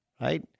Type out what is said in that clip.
right